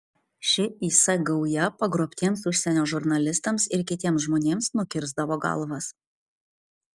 ši is gauja pagrobtiems užsienio žurnalistams ir kitiems žmonėms nukirsdavo galvas